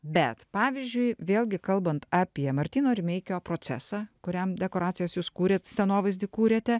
bet pavyzdžiui vėlgi kalbant apie martyno rimeikio procesą kuriam dekoracijas jūs kūrėt scenovaizdį kūrėte